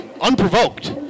unprovoked